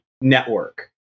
network